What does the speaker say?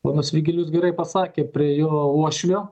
ponas virgilijus gerai pasakė prie jo uošvio